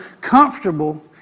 comfortable